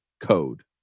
code